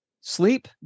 Sleep